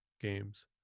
games